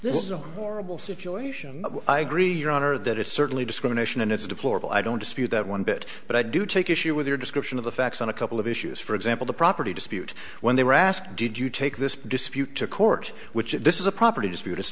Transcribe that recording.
is a horrible situation i agree your honor that it's certainly discrimination and it's deplorable i don't dispute that one bit but i do take issue with your description of the facts on a couple of issues for example the property dispute when they were asked did you take this dispute to court which this is a property dispute